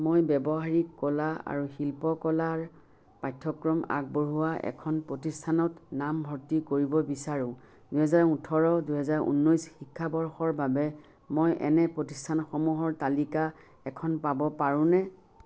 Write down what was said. মই ব্যৱহাৰিক কলা আৰু শিল্পকলাৰ পাঠ্যক্ৰম আগবঢ়োৱা এখন প্ৰতিষ্ঠানত নামভৰ্তি কৰিব বিচাৰোঁ দুহেজাৰ ওঠৰ দুহেজাৰ ঊনৈছ শিক্ষাবৰ্ষৰ বাবে মই এনে প্ৰতিষ্ঠানসমূহৰ তালিকা এখন পাব পাৰোঁনে